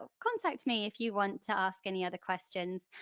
ah contact me if you want to ask any other questions,